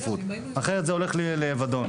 אחרת זה הולך לאבדון.